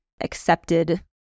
accepted